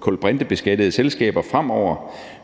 kulbrintebeskattede selskaber fremover